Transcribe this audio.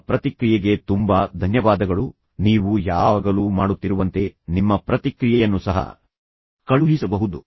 ನಿಮ್ಮ ಪ್ರತಿಕ್ರಿಯೆಗೆ ತುಂಬಾ ಧನ್ಯವಾದಗಳು ನೀವು ಯಾವಾಗಲೂ ಮಾಡುತ್ತಿರುವಂತೆ ನಿಮ್ಮ ಪ್ರತಿಕ್ರಿಯೆಯನ್ನು ಸಹ ಕಳುಹಿಸಬಹುದು